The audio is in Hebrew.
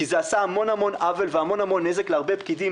כי זה עשה המון-המון עוול והמון-המון נזק להרבה פקידים